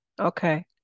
Okay